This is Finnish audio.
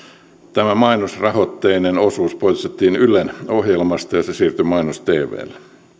tämä mainosrahoitteinen osuus poistettiin ylen ohjelmasta ja se siirtyi mainos tvlle